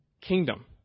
kingdom